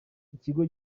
ikigo